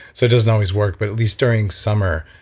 so doesn't always work, but at least during summer,